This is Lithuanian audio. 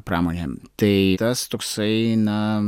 pramonė tai tas toksai na